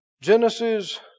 Genesis